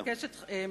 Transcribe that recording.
אני מבקשת מכם,